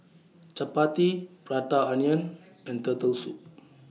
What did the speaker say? Chappati Prata Onion and Turtle Soup